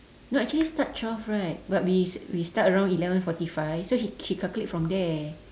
no actually start twelve right but we s~ we start around eleven forty five so she she calculate from there